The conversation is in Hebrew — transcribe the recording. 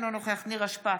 אינו נוכח נירה שפק,